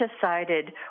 decided